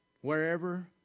wherever